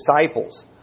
disciples